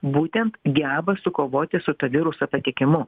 būtent geba sukovoti su tuo viruso patikimu